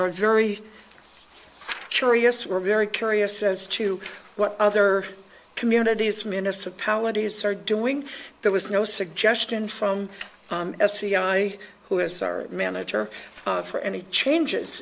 cheeriest we're very curious as to what other communities municipalities are doing there was no suggestion from a c i who is our manager for any changes